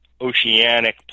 oceanic